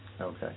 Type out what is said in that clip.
Okay